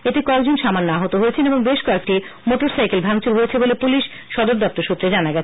এতে কয়েকজন সামান্য আহত এবং বেশ কয়েকটি মোটর সাইকেল ভাংচুর হয়েছে বলে পুলিশ সদর দপ্তর সুত্রে জানা যায়